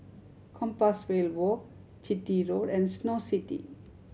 Compassvale Walk Chitty Road and Snow City